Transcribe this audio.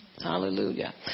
Hallelujah